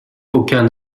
aucun